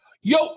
Yo